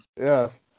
Yes